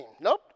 Nope